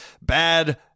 bad